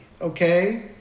okay